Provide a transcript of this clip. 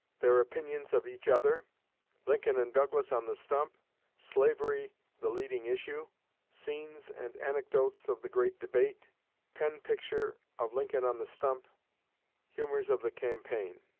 their opinions of each other lincoln and douglas on the stump slavery the leading issue scenes and anecdotes of the great debate pen-picture of lincoln on the stump humors of the campaign